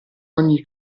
ogni